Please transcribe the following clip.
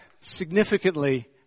significantly